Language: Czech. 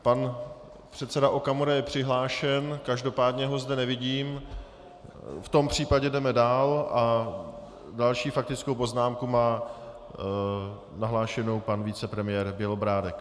Pan předseda Okamura je přihlášen, každopádně ho zde nevidím, v tom případě jdeme dál a další faktickou poznámku má nahlášenu pan vicepremiér Bělobrádek.